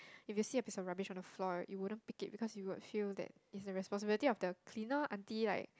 if you see a piece of rubbish on the floor you wouldn't pick it because you would feel that it's the responsibility of the cleaner aunty like